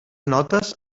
notes